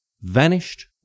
vanished